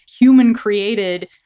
human-created